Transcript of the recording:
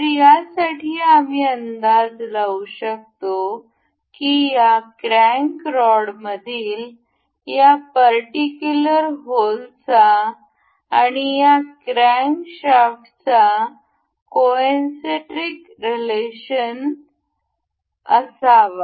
तर यासाठी आम्ही अंदाज लावू शकतो की या क्रॅंक रॉडमधील या पर्टिक्युलर होलचा आणि या क्रॅन्कशाफ्टचा कोनसेंटरिक रिलेशन असावा